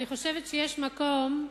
אני חושבת שיש מקום,